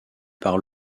par